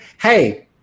hey